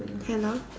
hello